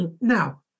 Now